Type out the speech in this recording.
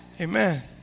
Amen